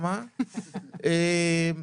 אנחנו